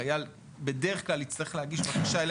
החייל בדרך כלל יצטרך להגיש בקשה,